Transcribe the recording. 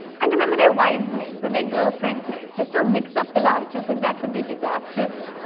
and remember their wife's names, and their girlfriend's names. just don't mix up the last two because that could be disastrous.